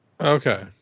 Okay